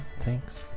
Thanks